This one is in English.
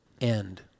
end